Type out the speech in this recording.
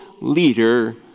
leader